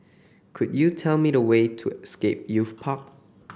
could you tell me the way to Scape Youth Park